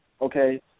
Okay